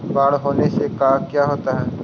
बाढ़ होने से का क्या होता है?